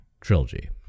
trilogy